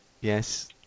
yes